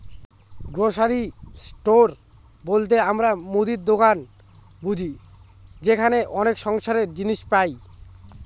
grocery store বলতে আমরা মুদির দোকান বুঝি যেখানে অনেক সংসারের জিনিস পাই